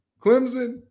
Clemson